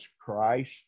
Christ